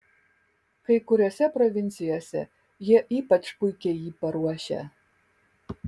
kai kuriose provincijose jie ypač puikiai jį paruošia